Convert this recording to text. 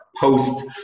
Post